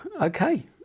okay